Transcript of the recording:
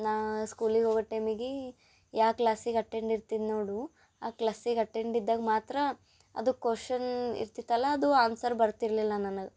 ನಾ ಸ್ಕೂಲಿಗೆ ಹೋಗೊ ಟೈಮಿಗೆ ಯಾ ಕ್ಲಾಸಿಗೆ ಅಟೆಂಡ್ ಇರ್ತೀನಿ ನೋಡು ಆ ಕ್ಲಾಸಿಗೆ ಅಟೆಂಡ್ ಇದ್ದಾಗ ಮಾತ್ರ ಅದು ಕೊಷನ್ ಇರ್ತಿತ್ತಲ್ಲ ಅದು ಆನ್ಸರ್ ಬರ್ತಿರಲಿಲ್ಲ ನನಗೆ